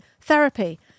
therapy